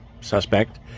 suspect